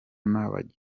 n’abagizi